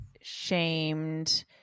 shamed